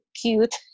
cute